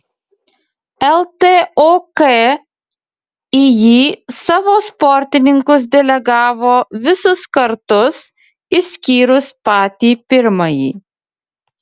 ltok į jį savo sportininkus delegavo visus kartus išskyrus patį pirmąjį